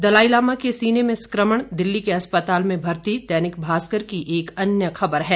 दलाईलामा के सीने में संक्रमण दिल्ली के अस्पताल में भर्ती दैनिक भास्कर की एक अन्य खबर है